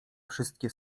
wszystkie